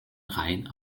reihen